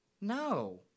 No